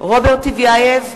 רוברט טיבייב,